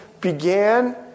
began